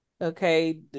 Okay